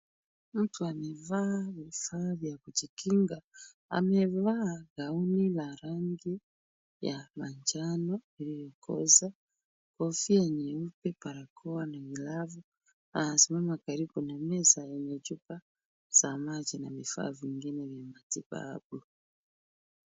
Mtu amevaa sare ya kujikinga, amevaa gauni ya rangi ya manjano iliyokooza ,kofia nyeupe, barakoa na glavu ,amesimama karibu na meza yenye chupa ya maji na vifaa vingine vya matibabu .